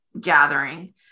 gathering